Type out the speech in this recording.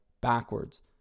backwards